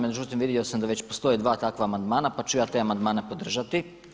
Međutim, vidio sam da već postoje 2 takva amandmana, pa ću ja te amandmane podržati.